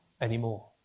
anymore